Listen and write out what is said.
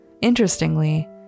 Interestingly